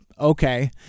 okay